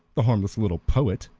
the harmless little poet.